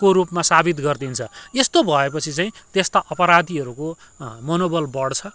को रूपमा साबित गरिदिन्छ यस्तो भएपछि चाहिँ त्यस्ता अपराधिहरूको मनोबल बढ्छ